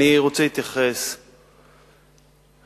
אני רוצה להתייחס להצעות.